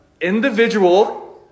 individual